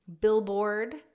billboard